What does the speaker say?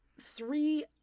three